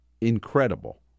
incredible